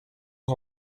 aux